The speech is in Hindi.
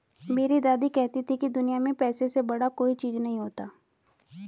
मेरी दादी कहती थी कि दुनिया में पैसे से बड़ा कोई चीज नहीं होता